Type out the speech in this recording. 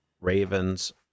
Ravens